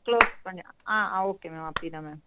close பண்ணி ஆ okay ma'am அப்படிதான் மேம்